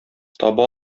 таба